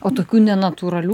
o tokių nenatūralių